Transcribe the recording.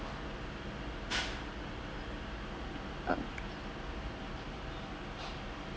okay